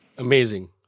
Amazing